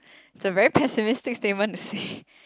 it's a very pessimistic statement to say